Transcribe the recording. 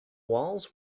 walls